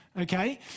Okay